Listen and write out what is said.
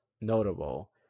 notable